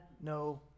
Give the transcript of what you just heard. no